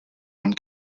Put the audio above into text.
one